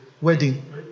Wedding